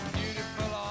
beautiful